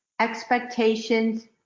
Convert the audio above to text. expectations